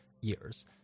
years